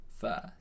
first